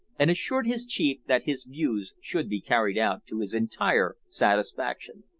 and assured his chief that his views should be carried out to his entire satisfaction.